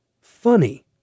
Funny